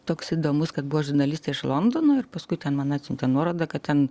toks įdomus kad buvo žurnalistai iš londono ir paskui ten man atsiuntė nuorodą kad ten